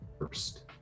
first